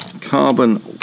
carbon